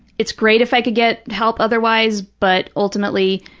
it's great if i could get help otherwise, but ultimately,